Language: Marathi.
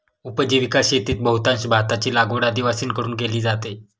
उपजीविका शेतीत बहुतांश भाताची लागवड आदिवासींकडून केली जाते